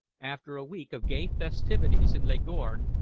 after a week of gay festivities in leghorn,